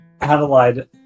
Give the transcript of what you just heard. Adelaide